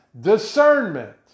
discernment